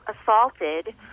assaulted